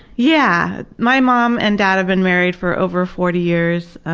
yeah. my mom and dad have been married for over forty years,